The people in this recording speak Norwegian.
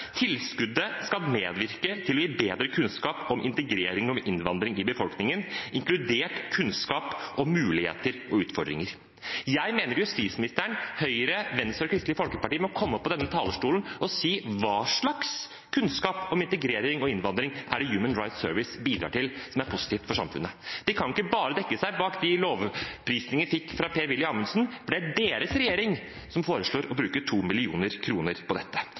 tilskuddet skal medvirke til å gi bedre kunnskap om integrering og innvandring i befolkningen, inkludert kunnskap om muligheter og utfordringer. Jeg mener justisministeren, Høyre, Venstre og Kristelig Folkeparti må komme opp på denne talerstolen og si hva slags kunnskap om integrering og innvandring det er Human Rights Service bidrar til som er positivt for samfunnet. De kan ikke bare dekke seg bak de lovprisninger de fikk fra Per-Willy Amundsen, for det er deres regjering som foreslår å bruke 2 mill. kr på dette.